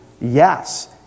yes